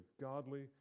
godly